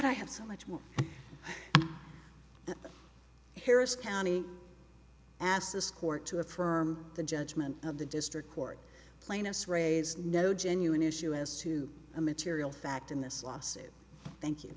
i have so much more the harris county asked this court to affirm the judgment of the district court plaintiffs raise no genuine issue as to a material fact in this lawsuit thank you